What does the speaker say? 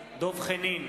דב חנין,